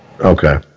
Okay